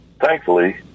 thankfully